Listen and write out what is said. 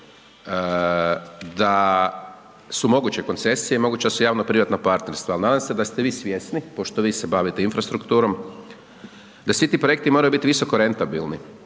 da su moguće koncesije, moguća su javno privatna partnerstva, ali nadam se da ste vi svjesni, pošto vi se bavite infrastrukturom, da svi ti projekti moraju biti visoko rentabilni